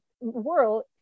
world